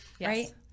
right